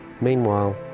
Meanwhile